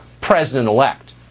president-elect